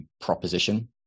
proposition